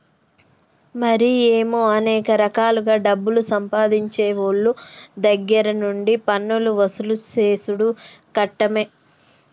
మరి ఏమో అనేక రకాలుగా డబ్బులు సంపాదించేవోళ్ళ దగ్గర నుండి పన్నులు వసూలు సేసుడు కట్టమే